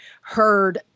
heard